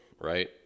right